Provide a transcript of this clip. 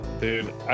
Dude